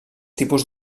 tipus